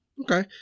Okay